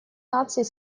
наций